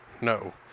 no